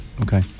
Okay